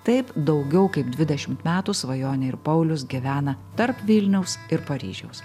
taip daugiau kaip dvidešimt metų svajonė ir paulius gevena tarp vilniaus ir paryžiaus